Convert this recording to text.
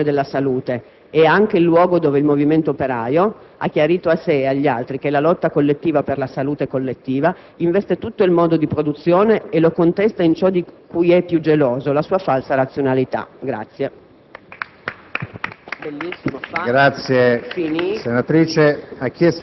in massimo grado la concentrazione della nocività e la spoliazione della salute, ma era anche il luogo dove il movimento operaio aveva chiarito a sé e agli altri che la lotta collettiva per la salute collettiva investiva tutto il modo di produzione e lo contestava in ciò di cui era più geloso: la sua falsa razionalità».